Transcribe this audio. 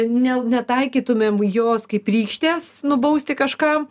ne netaikytumėm jos kaip rykštės nubausti kažkam